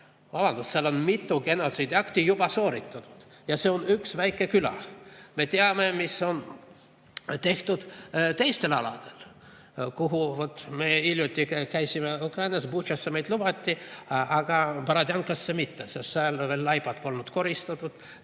Vabandust, seal on mitu genotsiidiakti juba sooritatud. Ja see on üks väike küla! Me teame, mis on tehtud teistel aladel. Hiljuti me käisime Ukrainas. Butšasse meid lubati, aga Borodjankasse mitte, sest seal laibad polnud koristatud